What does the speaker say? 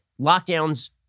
lockdowns